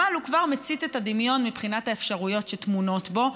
אבל הוא כבר מצית את הדמיון מבחינת האפשרויות שטמונות בו,